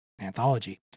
anthology